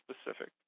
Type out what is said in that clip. specific